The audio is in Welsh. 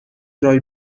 roi